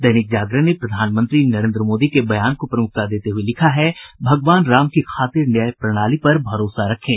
दैनिक जागरण ने प्रधानमंत्री नरेंद्र मोदी के बयान को प्रमुखता देते हुए लिखा है भगवान राम की खातिर न्याय प्रणाली पर भरोसा रखें